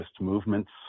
movements